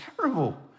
terrible